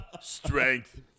strength